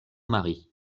mari